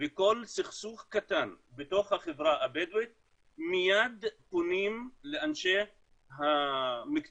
וכל סכסוך קטן בתוך החברה הבדואית מיד פונים לאנשי המקצוע,